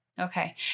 Okay